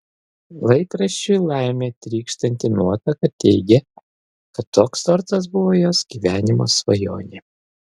laikraščiui laime trykštanti nuotaka teigė kad toks tortas buvo jos gyvenimo svajonė